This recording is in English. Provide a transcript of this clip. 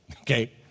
okay